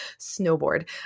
snowboard